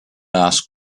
asked